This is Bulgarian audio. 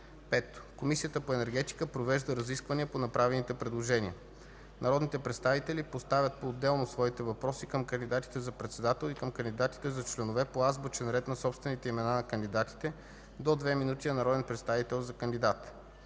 5. Комисията по енергетика провежда разисквания по направените предложения. Народните представители поставят поотделно своите въпроси към кандидатите за председател и към кандидатите за членове по азбучен ред на собствените имена на кандидатите – до две минути на народен представител за кандидат.